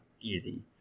easy